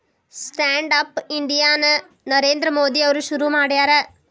stand up India ನ ನರೇಂದ್ರ ಮೋದಿ ಅವ್ರು ಶುರು ಮಾಡ್ಯಾರ